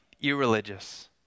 irreligious